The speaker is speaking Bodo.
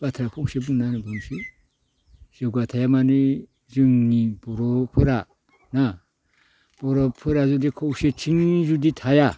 बाथ्रा फुंसे आं बुंना होबावसै जौगाथाइआ माने जोंनि बर'फोरा हा बर'फोरा जुदि खौसेथि जुदि थाया